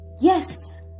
yes